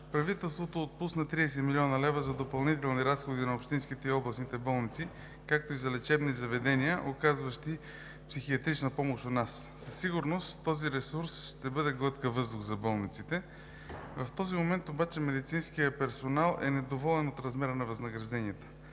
правителството отпусна 30 млн. лв. за допълнителни разходи на общинските и областните болници, както и за лечебни заведения, оказващи психиатрична помощ у нас. Със сигурност този ресурс ще бъде глътка въздух за болниците, в този момент обаче медицинският персонал е недоволен от размера на възнагражденията.